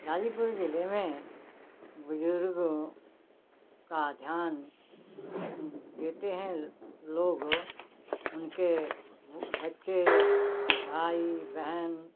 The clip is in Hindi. गाज़ीपुर ज़िले में बुज़ुर्गों का ध्यान देते हैं लोग उनके बच्चे भाई बहन